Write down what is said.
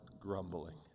grumbling